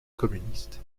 communiste